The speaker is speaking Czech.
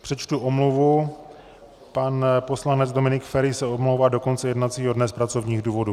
Přečtu omluvu: pan poslanec Dominik Feri se omlouvá do konce jednacího dne z pracovních důvodů.